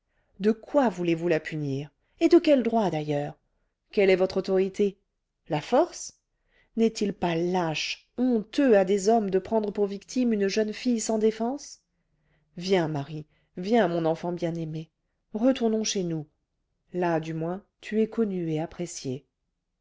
de quoi voulez-vous la punir et de quel droit d'ailleurs quelle est votre autorité la force n'est-il pas lâche honteux à des hommes de prendre pour victime une jeune fille sans défense viens marie viens mon enfant bien-aimée retournons chez nous là du moins tu es connue et appréciée